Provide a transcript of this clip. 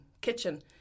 kitchen